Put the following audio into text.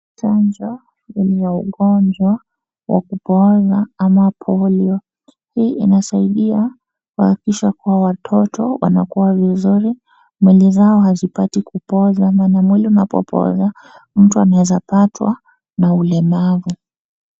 Chanjo ya ugonjwa wa kupoozwa ama polio, hii inasaidia kuhakikisha kuwa watoto wanakuwa vizuri, miili zao hazipati kupooza na mwili ukipooza mtu anaweza patwa na ulemavu.